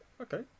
Okay